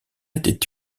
était